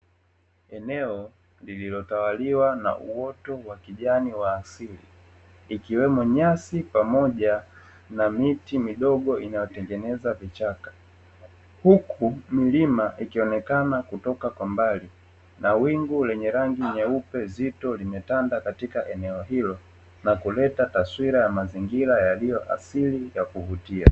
Eneo lililotawaliwa na uoto wa kijani wa asili ikiwemo nyasi pamoja na miti midogo inayotengeneza vichaka, huku milima ikionekana kutoka kwa mbali na wingu lenye rangi nyeupe zito limetanda katika eneo hilo, na kuleta taswira ya mazingira yaliyo asili ya kuvutia.